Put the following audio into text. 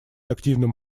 активным